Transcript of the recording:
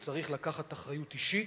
הוא צריך לקחת אחריות אישית,